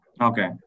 Okay